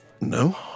No